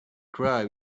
cry